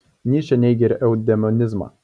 nyčė neigė ir eudemonizmą